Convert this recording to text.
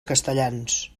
castellans